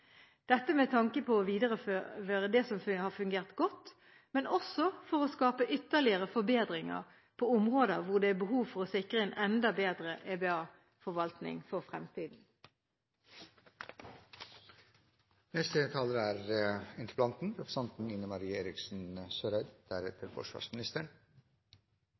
Dette med tanke på å videreføre det som har fungert godt, men også for å skape ytterligere forbedringer på områder hvor det er behov for å sikre en enda bedre EBA-forvaltning for fremtiden. Jeg takker for svaret fra forsvarsministeren. Forsvaret er